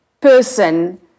person